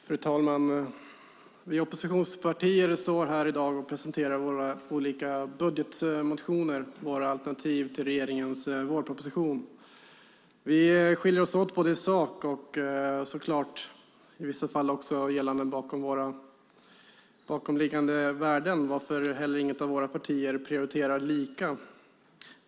Fru talman! Vi oppositionspartier står här i dag och presenterar våra olika budgetmotioner - våra alternativ till regeringens vårproposition. Vi skiljer oss åt i både sak och så klart i vissa fall också gällande våra bakomliggande värden, varför inga av våra partier heller prioriterar lika.